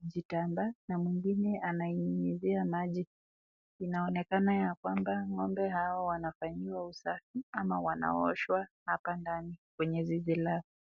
jitamba, na mwingine ananyunyuzia maji. Inaonekana ngombe hao wanafanyiwa usafi ama wanaoshwa hapa ndani kwenye zizi lao.